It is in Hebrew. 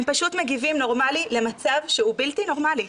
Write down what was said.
הם פשוט מגיבים נורמלי למצב שהוא בלתי נורמלי.